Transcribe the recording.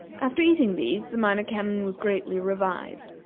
after eating these the minor canon was greatly revived,